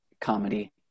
comedy